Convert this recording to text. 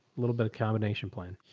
a little bit of combination plan.